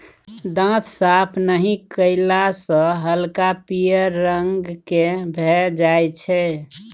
दांत साफ नहि कएला सँ हल्का पीयर रंग केर भए जाइ छै